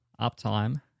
uptime